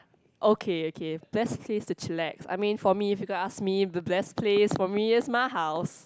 okay okay best place to chillax I mean for me if you gonna ask me the best place for me is my house